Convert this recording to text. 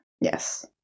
Yes